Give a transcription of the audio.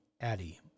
Addie